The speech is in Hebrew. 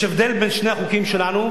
יש הבדל בין שני החוקים שלנו,